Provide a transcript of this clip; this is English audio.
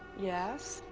yes.